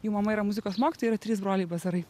jų mama yra muzikos mokytoja yra trys broliai bazarai